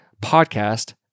podcast